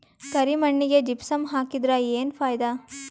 ಕರಿ ಮಣ್ಣಿಗೆ ಜಿಪ್ಸಮ್ ಹಾಕಿದರೆ ಏನ್ ಫಾಯಿದಾ?